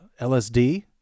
LSD